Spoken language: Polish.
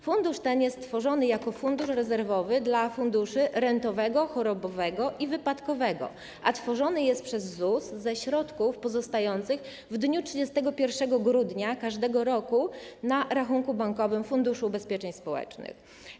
Fundusz ten jest stworzony jako fundusz rezerwowy dla funduszy: rentowego, chorobowego i wypadkowego, a tworzony jest przez ZUS ze środków pozostających w dniu 31 grudnia każdego roku na rachunku bankowym Funduszu Ubezpieczeń Społecznych.